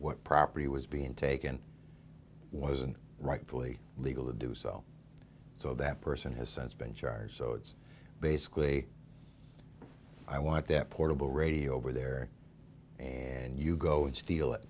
what property was being taken wasn't rightfully legal to do so so that person has since been charged so it's basically i want that portable radio over there and you go and steal it